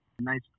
nice